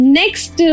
next